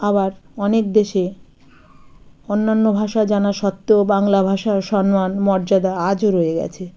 আবার অনেক দেশে অন্যান্য ভাষা জানা সত্ত্বেও বাংলা ভাষার সম্মান মর্যাদা আজও রয়ে গেছে